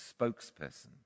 spokesperson